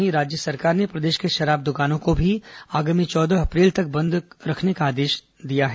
वहीं राज्य सरकार ने प्रदेश की शराब दुकानों को भी आगामी चौदह अप्रैल तक बंद रखने का आदेश जारी किया है